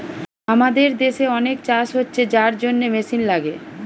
আমাদের দেশে অনেক চাষ হচ্ছে যার জন্যে মেশিন লাগে